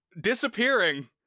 disappearing